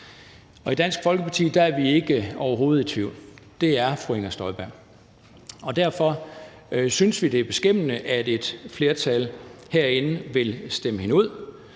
i Dansk Folkeparti er vi overhovedet ikke i tvivl: Det er fru Inger Støjberg. Og derfor synes vi, det er beskæmmende, at et flertal herinde vil stemme hende ud.